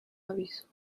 aviso